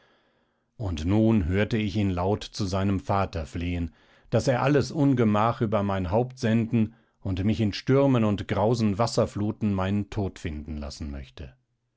und nun hörte ich ihn laut zu seinem vater flehen daß er alles ungemach über mein haupt senden und mich in stürmen und grausen wasserfluten meinen tod finden lassen möchte